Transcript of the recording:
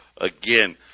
again